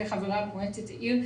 כחברה במועצת העיר,